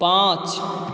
पाँच